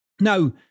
Now